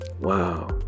Wow